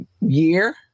year